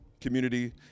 community